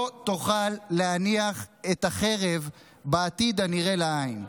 תוכל להניח את החרב בעתיד הנראה לעין.